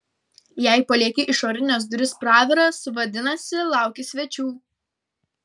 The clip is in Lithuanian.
jei palieki išorines duris praviras vadinasi lauki svečių